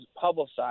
publicized